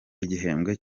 igihembwe